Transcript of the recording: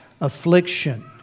affliction